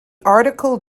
article